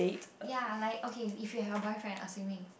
ya lah okay if you have a boyfriend assuming